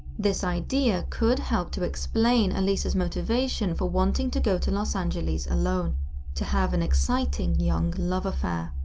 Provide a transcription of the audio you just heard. this idea could help to explain elisa's motivation for wanting to go to los angeles alone to have an exciting, young love affair.